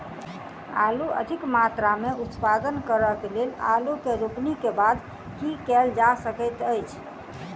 आलु अधिक मात्रा मे उत्पादन करऽ केँ लेल आलु केँ रोपनी केँ बाद की केँ कैल जाय सकैत अछि?